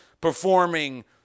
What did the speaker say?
performing